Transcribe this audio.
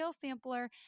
sampler